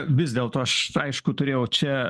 vis dėlto aš aišku turėjau čia